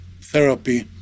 therapy